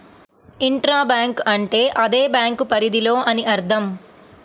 intra bank అంటే అదే bank పరిధిలో అని అర్థం